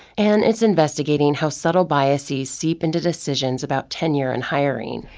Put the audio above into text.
and it's investigating how subtle biases seep into decisions about tenure and hiring.